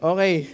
Okay